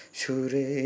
Shure